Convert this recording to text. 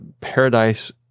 paradise